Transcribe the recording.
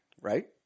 right